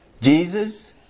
Jesus